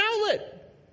outlet